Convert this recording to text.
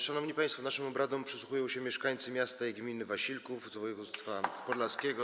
Szanowni państwo, naszym obradom przysłuchują się mieszkańcy miasta i gminy Wasilków z województwa podlaskiego.